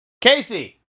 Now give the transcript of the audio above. Casey